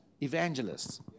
Evangelists